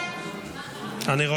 נתקבל.